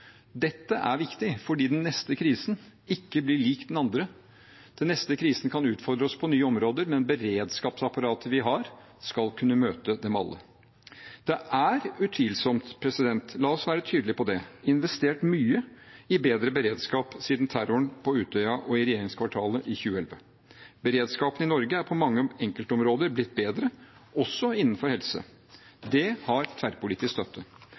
Dette er viktig, for den neste krisen blir ikke lik den andre. Den neste krisen kan utfordre oss på nye områder, men beredskapsapparatet vi har, skal kunne møte dem alle. Det er utvilsomt – la oss være tydelige på det – investert mye i bedre beredskap siden terroren på Utøya og i Regjeringskvartalet i 2011. Beredskapen i Norge er på mange enkeltområder blitt bedre, også innenfor helse. Det har tverrpolitisk støtte.